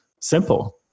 simple